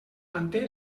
manté